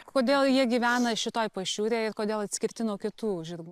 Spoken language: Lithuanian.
kodėl jie gyvena šitoj pašiūrėj ir kodėl atskirti nuo kitų žirgų